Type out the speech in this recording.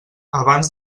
abans